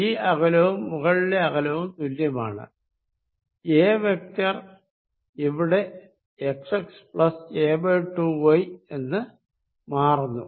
ഈ അകലവും മുകളിലെ അകലവും തുല്യമാണ് a വെക്ടർ ഇവിടെ xxa2y എന്ന് മാറുന്നു